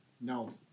No